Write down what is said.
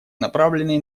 направленные